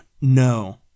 No